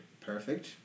Perfect